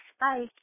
Bye